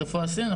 רפואה סינית?